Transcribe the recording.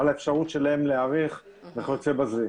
על האפשרות שלהם להיערך וכיוצא בזה.